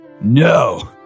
No